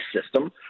system